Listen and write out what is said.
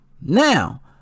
now